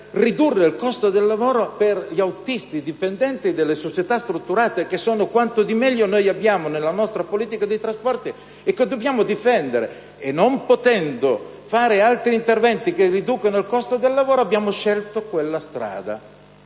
ridurre il costo del lavoro per gli autisti dipendenti delle società strutturate, che sono quanto di meglio abbiamo nella nostra politica dei trasporti e che dobbiamo difendere. Non potendo fare altri interventi che riducano il costo del lavoro, abbiamo scelto quella strada.